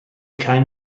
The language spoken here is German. kein